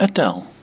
Adele